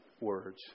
words